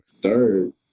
Third